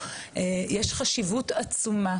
יש חשיבות עצומה